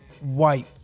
white